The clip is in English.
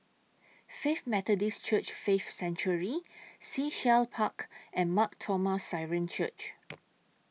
Faith Methodist Church Faith Sanctuary Sea Shell Park and Mar Thoma Syrian Church